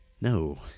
No